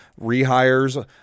rehires